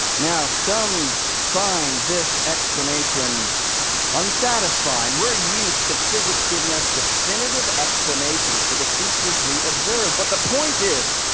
now some find this explanation unsatisfying. we're used to physics giving us definitive explanations for the features we observe. but the point is,